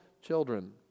children